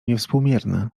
niewspółmierne